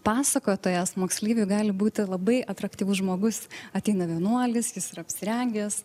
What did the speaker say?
pasakotojas moksleiviui gali būti labai atraktyvus žmogus ateina vienuolis jis ir apsirengęs